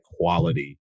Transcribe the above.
quality